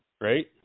right